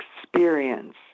experience